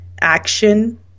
action